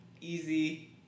easy